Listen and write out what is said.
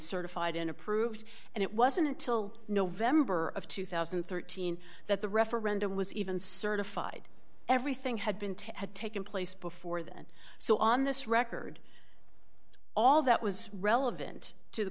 certified and approved and it wasn't until november of two thousand and thirteen that the referendum was even certified everything had been to had taken place before then so on this record all that was relevant to the